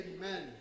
Amen